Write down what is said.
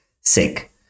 sick